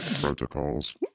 Protocols